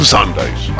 Sundays